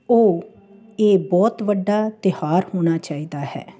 ਓਹ ਇਹ ਬਹੁਤ ਵੱਡਾ ਤਿਉਹਾਰ ਹੋਣਾ ਚਾਹੀਦਾ ਹੈ